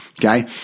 Okay